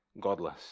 godless